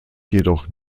jedoch